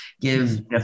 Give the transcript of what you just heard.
give